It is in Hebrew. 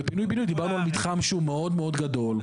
בפינוי בינוי דיברנו על מתחם שהוא מאוד מאוד גדול.